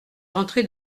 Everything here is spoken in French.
rentré